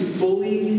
fully